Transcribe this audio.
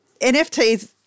NFTs